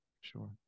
Sure